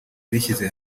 bishyize